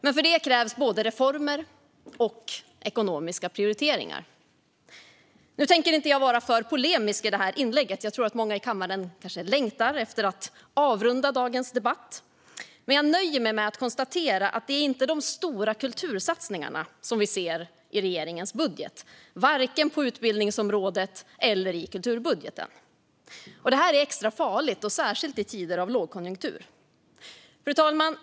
Men för det krävs både reformer och ekonomiska prioriteringar. Nu tänker jag inte vara för polemisk i det här inlägget. Jag tror att många här i kammaren kanske längtar efter att avrunda dagens debatt. Jag nöjer mig därför med att konstatera att det inte är de stora kultursatsningarna som vi ser i regeringens budget, vare sig på utbildningsområdet eller i kulturbudgeten. Det här är extra farligt, särskilt i tider av lågkonjunktur. Fru talman!